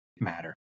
matter